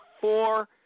four